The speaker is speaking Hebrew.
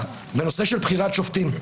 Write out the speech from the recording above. בנושא בחירת שופטים.